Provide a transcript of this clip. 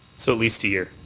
so at least a year.